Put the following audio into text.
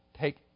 take